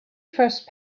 first